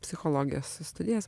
psichologijos studijas